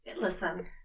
Listen